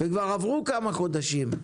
וכבר עברו כמה חודשים.